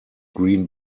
green